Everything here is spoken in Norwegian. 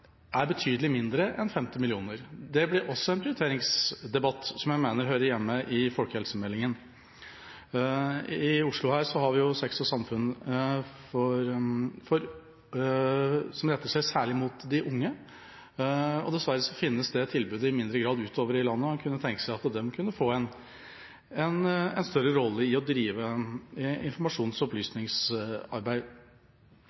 er betydelig mindre enn 50 mill. kr. Det blir også en prioriteringsdebatt, som jeg mener hører hjemme i diskusjonen om folkehelsemeldingen. I Oslo har vi Sex og samfunn, som særlig retter seg mot de unge. Dessverre finnes det tilbudet i mindre grad utover i landet. En kunne tenke seg at de kunne få en større rolle i å drive informasjons- og opplysningsarbeid.